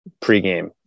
pregame